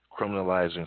criminalizing